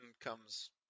comes